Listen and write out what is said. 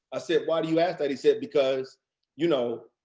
i said, why do you ask that? he said, because you know